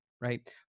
right